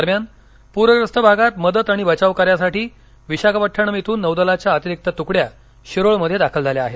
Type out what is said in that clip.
दरम्यान पूरग्रस्त भागात मदत आणि बचाव कार्यासाठी विशाखापट्टणम इथून नौदलाच्या अतिरिक्त तुकड्या शिरोळमध्ये दाखल झाल्या आहेत